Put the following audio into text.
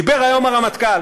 דיבר היום הרמטכ"ל